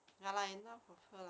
ya lah enough of her lah